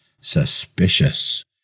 suspicious